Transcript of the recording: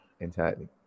entirely